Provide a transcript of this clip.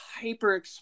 hyper